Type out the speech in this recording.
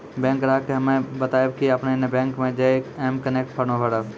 bank ग्राहक के हम्मे बतायब की आपने ने बैंक मे जय के एम कनेक्ट फॉर्म भरबऽ